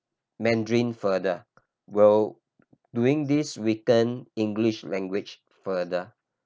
Mandarin further we'll doing this weekend English language further